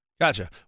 Gotcha